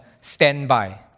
standby